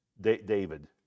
David